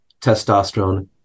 testosterone